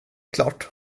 klart